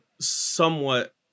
somewhat